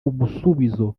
umusubizo